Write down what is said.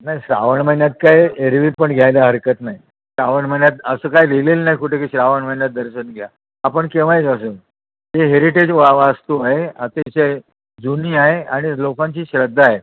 नाही श्रावण महिन्यात काय एरवी पण घ्यायला हरकत नाही श्रावण महिन्यात असं काय लिहिलेलं नाही कुठे की श्रावण महिन्यात दर्शन घ्या आपण केव्हाही जाऊ शकतो हे हेरिटेज वास्तू आहे अतिशय जुनी आहे आणि लोकांची श्रद्धा आहे